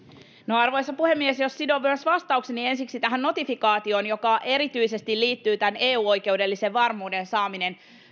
arvoisa puhemies jos sidon myös vastaukseni ensiksi tähän notifikaatioon joka erityisesti liittyy tämän eu oikeudellisen varmuuden saamiseen